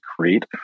create